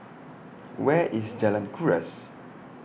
Where IS Jalan Kuras